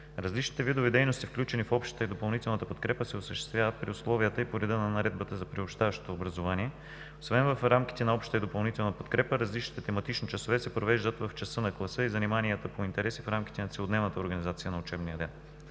Различните видове дейности, включени в общата и допълнителната подкрепа се осъществяват при условията и по реда на Наредбата за приобщаващото образование. Освен в рамките на обща и допълнителна подкрепа различните тематични часове се провеждат в часа на класа и заниманията по интереси в рамките на целодневната организация на учебния ден.